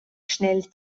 schnell